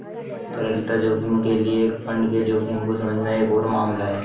तरलता जोखिम के लिए एक फंड के जोखिम को समझना एक और मामला है